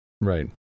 Right